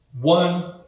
one